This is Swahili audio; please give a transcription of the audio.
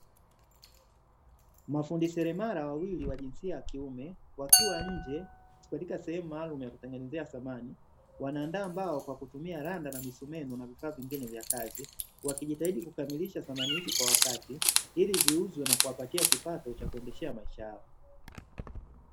Mafundi selemara wawili wa jinsia ya kiume, wakiwa nje sehemu maalum ya kutengeneza samani. Wanaandaa mbao kwa kutumia randa na misumeno na vifaa vingine vya kazi wakijitahidi kukamilisha samani hizi kwa wakati ili ziuzwe kuwasadia katika maisha yao.